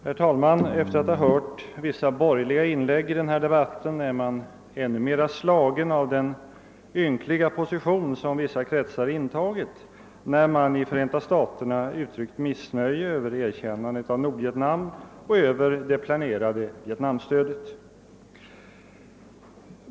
Herr talman! Efter att ha lyssnat till vissa borgerliga talares inlägg i denna debatt är man ännu mera förbluffad över den ynkliga position som vissa kretsar intagit när det i Förenta staterna har uttryckts missnöje över erkännandet av Nordvietnam och över det planerade Vietnamstödet.